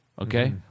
okay